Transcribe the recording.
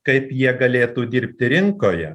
kaip jie galėtų dirbti rinkoje